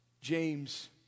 James